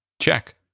Check